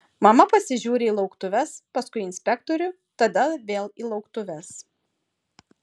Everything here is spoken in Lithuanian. mama pasižiūri į lauktuves paskui į inspektorių tada vėl į lauktuves